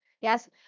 Yes